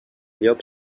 llop